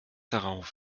darauf